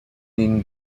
ihn